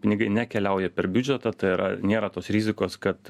pinigai nekeliauja per biudžetą tai yra nėra tos rizikos kad